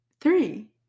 three